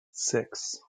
six